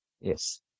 Yes